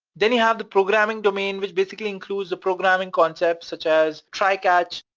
then you have the programming domain which basically includes the programming concept such as try catch,